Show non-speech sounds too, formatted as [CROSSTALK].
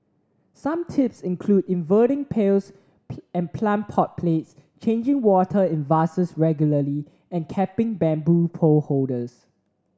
some tips include inverting pails [UNINTELLIGIBLE] and plant pot plates changing water in vases regularly and capping bamboo pole holders